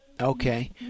Okay